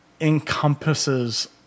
encompasses